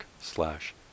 slash